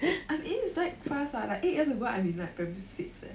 I mean it's that fast lah like eight years ago I'm in like primary six leh